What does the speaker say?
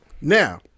Now